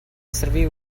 esservi